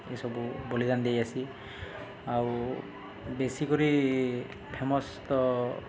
ଏସବୁ ବଲିଦାନ୍ ଦିଆ ଯାଏସି ଆଉ ବେଶି କରି ଫେମସ୍ ତ